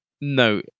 No